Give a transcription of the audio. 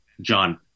John